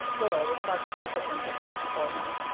where, with mark trefethen to vouch for him,